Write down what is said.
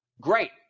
great